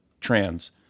trans